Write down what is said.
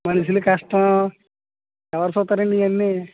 మనుషుల కష్టం ఎవరు చుస్తారండి ఇవన్నీ